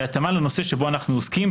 בהתאמה לנושא שבו אנו עוסקים,